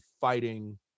fighting